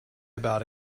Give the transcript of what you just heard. about